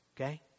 Okay